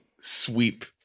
Sweep